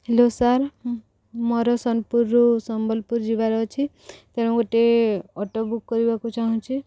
hello sir ମୋର ସୋନପୁରରୁ ସମ୍ବଲପୁର ଯିବାର ଅଛି ତେଣୁ ଗୋଟେ ଅଟୋ ବୁକ୍ କରିବାକୁ ଚାହୁଁଛି